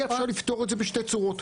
היה אפשר לפתור את זה בשתי צורות.